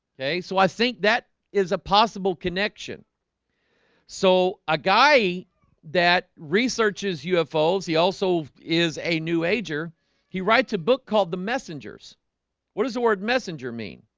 okay, so i think that is a possible connection so a guy that researches ufos. he also is a new ager he writes a book called the messengers what does the word messenger mean?